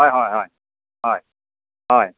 হয় হয় হয় হয় হয়